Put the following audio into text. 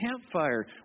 campfire